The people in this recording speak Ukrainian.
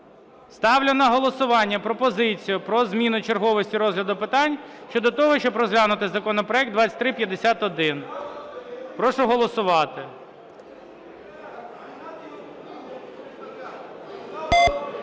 Ставлю на голосування пропозицію про зміну черговості розгляду питань щодо того, щоб розглянути законопроект 2351. Прошу голосувати.